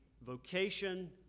vocation